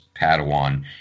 Padawan